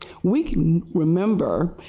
we can remember,